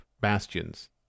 bastions